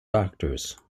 doctors